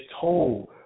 told